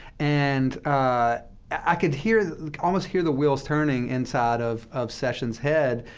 and i could hear almost hear the wheels turning inside of of sessions' head,